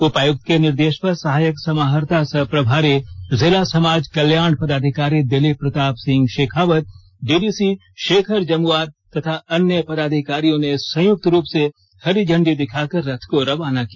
उपायुक्त के निर्देश पर सहायक से आज समाहर्ता सह प्रभारी जिला समाज कल्याण पदाधिकारी दिलीप प्रताप सिंह शेखावत डीडीसी शेखर जमुआर तथा अन्य पदाधिकारियों ने संयुक्त रूप से हरि झंडी दिखाकर रथ को रवाना किया